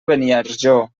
beniarjó